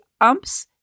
umps